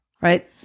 right